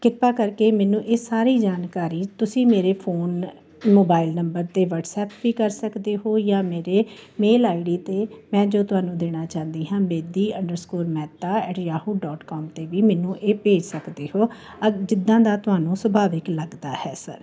ਕਿਰਪਾ ਕਰਕੇ ਮੈਨੂੰ ਇਹ ਸਾਰੀ ਜਾਣਕਾਰੀ ਤੁਸੀਂ ਮੇਰੇ ਫੋਨ ਮੋਬਾਈਲ ਨੰਬਰ 'ਤੇ ਵਟਸਐਪ ਵੀ ਕਰ ਸਕਦੇ ਹੋ ਜਾਂ ਮੇਰੇ ਮੇਲ ਆਈ ਡੀ 'ਤੇ ਮੈਂ ਜੋ ਤੁਹਾਨੂੰ ਦੇਣਾ ਚਾਹੁੰਦੀ ਹਾਂ Bedi underscore Mehta at Yahoo dot com 'ਤੇ ਵੀ ਮੈਨੂੰ ਇਹ ਭੇਜ ਸਕਦੇ ਹੋ ਅਗ ਜਿੱਦਾਂ ਦਾ ਤੁਹਾਨੂੰ ਸੁਭਾਵਿਕ ਲੱਗਦਾ ਹੈ ਸਰ